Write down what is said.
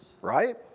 Right